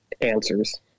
answers